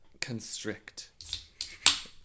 Constrict